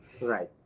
right